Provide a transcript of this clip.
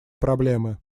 проблемы